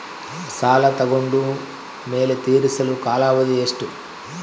ಸಾಲ ತಗೊಂಡು ಮೇಲೆ ತೇರಿಸಲು ಕಾಲಾವಧಿ ಎಷ್ಟು?